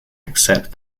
accept